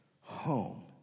home